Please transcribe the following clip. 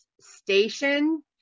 station